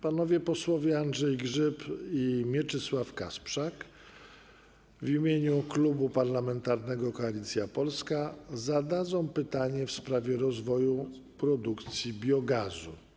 Panowie posłowie Andrzej Grzyb i Mieczysław Kasprzak w imieniu Klubu Parlamentarnego Koalicja Polska zadadzą pytanie w sprawie rozwoju produkcji biogazu.